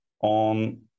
on